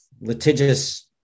litigious